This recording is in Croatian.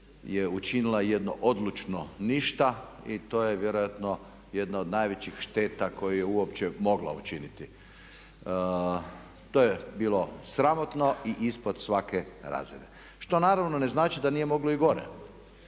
učinila jedno odlučno ništa i to je vjerojatno jedna od najvećih šteta koju je uopće mogla učiniti. To je bilo sramotno i ispod svake razine što naravno ne znači da nije moglo i gore.